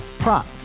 Prop